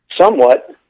somewhat